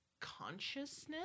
consciousness